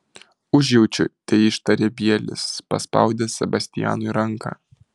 užjaučiu teištarė bielis paspaudęs sebastianui ranką